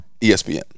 espn